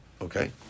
Okay